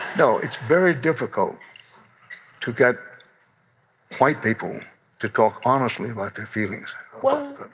no, it's very difficult to get white people to talk honestly about their feelings of,